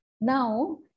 Now